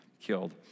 killed